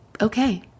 okay